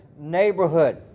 neighborhood